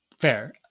Fair